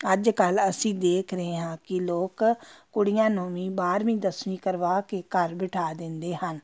ਅੱਜ ਕੱਲ੍ਹ ਅਸੀਂ ਦੇਖ ਰਹੇ ਹਾਂ ਕਿ ਲੋਕ ਕੁੜੀਆਂ ਨੂੰ ਵੀ ਬਾਰਵੀਂ ਦਸਵੀਂ ਕਰਵਾ ਕੇ ਘਰ ਬਿਠਾ ਦਿੰਦੇ ਹਨ